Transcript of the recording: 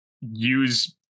use